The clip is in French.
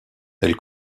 elle